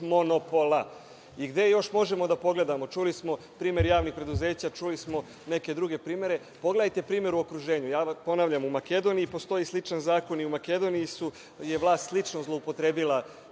monopola. Gde još možemo da pogledamo? Čuli smo primer javnih preduzeća, čuli smo neke druge primere. Pogledajte primer u okruženju. Ponavljam, u Makedoniji postoji sličan zakon i u Makedoniji je vlast slično zloupotrebila